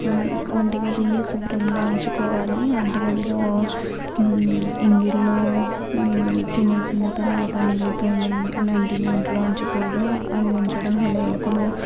వంట గదిని శుభ్రంగా ఉంచుకోవాలి వంట గదిలో ఎంగిల్లో తినేసిన తరువాత మిగిలిపోయినవి అలాంటివి ఇంట్లో ఉంచకూడదు అవి ఉంచడం వల్ల ఎలుకలు